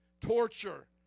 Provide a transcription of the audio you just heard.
torture